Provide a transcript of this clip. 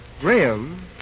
Graham